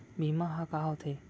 बीमा ह का होथे?